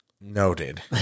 noted